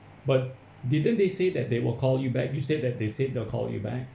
but didn't they say that they will call you back you said that they said they'll call you back